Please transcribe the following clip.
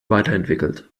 weiterentwickelt